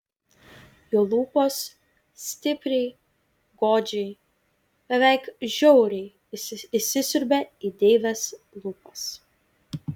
jo lūpos stipriai godžiai beveik žiauriai įsisiurbė į deivės lūpas